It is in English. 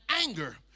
anger